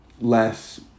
less